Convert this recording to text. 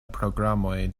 programoj